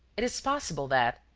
it is possible that,